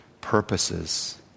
purposes